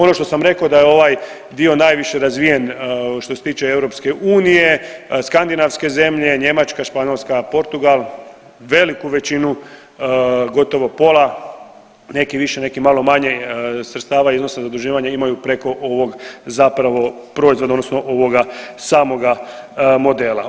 Ono što sam rekao da je ovaj dio najviše razvijen što se tiče EU, skandinavske zemlje, Njemačka, Španjolska, Portugal veliku većinu gotovo pola neki više, neki malo manje sredstava iznosa zaduživanja imaju preko ovog zapravo proizvoda, odnosno ovoga samoga modela.